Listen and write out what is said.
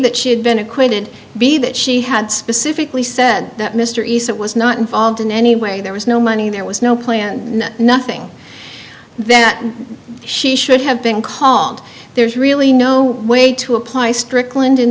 that she had been acquitted b that she had specifically said that mr east that was not involved in any way there was no money there was no plan nothing that she should have been called there's really no way to apply strickland in